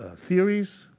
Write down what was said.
ah theories,